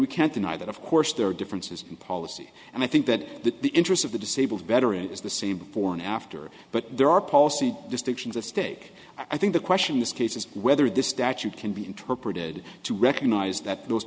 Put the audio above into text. we can't deny that of course there are differences in policy and i think that the interests of the disabled veteran is the same before and after but there are policy distinctions at stake i think the question this case is whether this statute can be interpreted to recognize that those